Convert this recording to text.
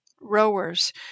rowers